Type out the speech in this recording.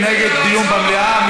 נגד, נגד דיון במליאה.